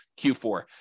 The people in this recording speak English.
Q4